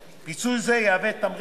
מערך יחסי העבודה ואת תנאי העבודה של